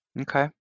Okay